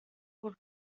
could